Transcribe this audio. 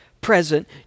Present